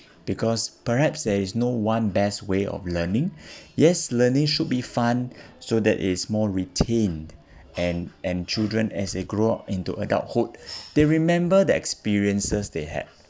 because perhaps there is no one best way of learning yes learning should be fun so that is more retained and and children as they grow into adulthood they remember their experiences they had